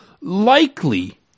likely